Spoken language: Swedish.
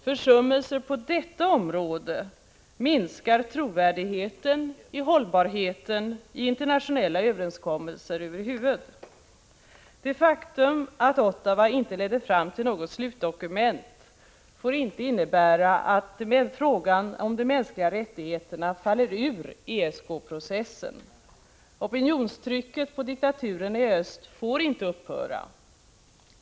Försummelser på detta område minskar trovärdigheten i hållbarheten i internationella överenskommelser över huvud. Det faktum att Ottawamötet inte ledde fram till något slutdokument får inte innebära att frågan om de mänskliga rättigheterna faller ur ESK-processen. Opinionstrycket på diktaturerna i öst får inte upphöra.